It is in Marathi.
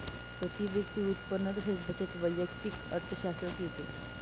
प्रती व्यक्ती उत्पन्न तसेच बचत वैयक्तिक अर्थशास्त्रात येते